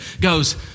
goes